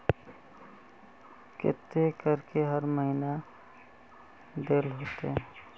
केते करके हर महीना देल होते?